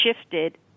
shifted